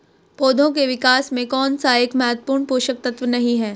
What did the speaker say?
पौधों के विकास में कौन सा एक महत्वपूर्ण पोषक तत्व नहीं है?